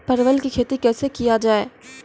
परवल की खेती कैसे किया जाय?